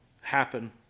happen